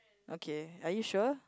okay are you sure